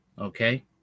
Okay